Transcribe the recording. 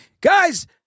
guys